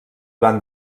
van